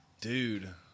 Dude